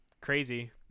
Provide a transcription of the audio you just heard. crazy